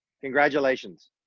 Congratulations